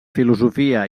filosofia